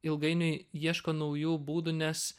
ilgainiui ieško naujų būdų nes